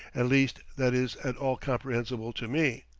at least, that is at all comprehensible to me.